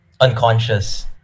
unconscious